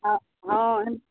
अऽ हँ नहि